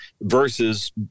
versus